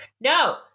No